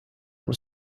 was